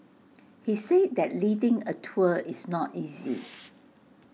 he say that leading A tour is not easy